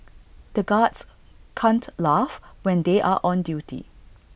the guards can't laugh when they are on duty